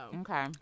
Okay